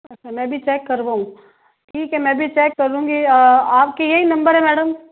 अच्छा मैं भी चेक करवाऊँ ठीक है मैं भी चेक करूंगी आपकी यही नंबर है मैडम